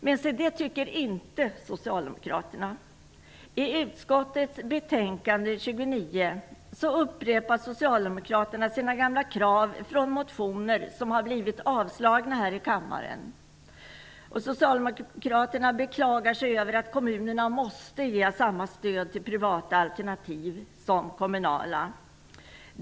Men det tycker inte Socialdemokraterna. I Socialdemokraterna sina gamla krav från motioner som har blivit avslagna här i kammaren. De beklagar sig över att kommunerna måste ge samma stöd till privata alternativ som till kommunala.